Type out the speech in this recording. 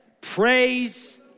praise